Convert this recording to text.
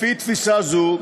לפי תפיסה זו,